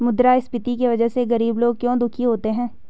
मुद्रास्फीति की वजह से गरीब लोग क्यों दुखी होते हैं?